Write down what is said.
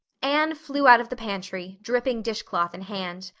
anne flew out of the pantry, dripping dishcloth in hand.